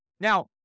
now